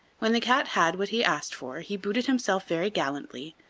when the cat had what he asked for he booted himself very gallantly,